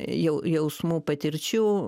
jau jausmų patirčių